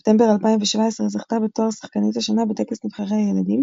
בספטמבר 2017 זכתה בתואר "שחקנית השנה" בטקס נבחרי הילדים,